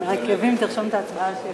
כדי שאני לא אפול מהעקבים, תרשום את ההצבעה שלי.